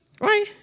Right